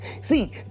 see